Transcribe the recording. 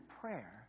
prayer